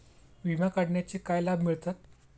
विमा काढण्याचे काय लाभ मिळतात?